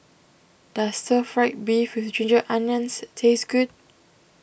does Stir Fried Beef with Ginger Onions taste good